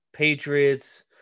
Patriots